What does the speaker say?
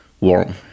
warm